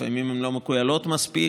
לפעמים הן לא מכוילות מספיק,